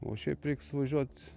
o šiaip reiks važiuot